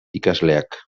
ikasleak